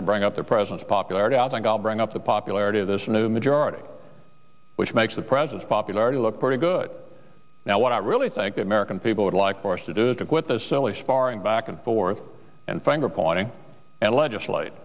to bring up the president's popularity out i'll bring up the popularity of this new majority which makes the president popularity look pretty good now what i really think the american people would like for us to do to quit this silly sparring back and forth and finger pointing and legislate